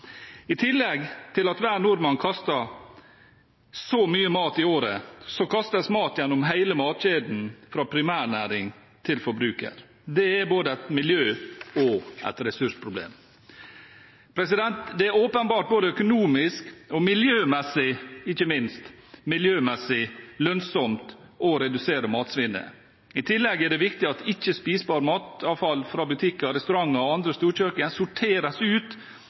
I tillegg til at hver nordmann kaster så mye mat i året, kastes det mat gjennom hele matkjeden, fra primærnæring til forbruker. Det er både et miljøproblem og et ressursproblem. Det er åpenbart både økonomisk og ikke minst miljømessig lønnsomt å redusere matsvinnet. I tillegg er det viktig at ikke-spisbart matavfall fra butikker, restauranter og andre storkjøkken sorteres ut